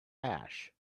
ash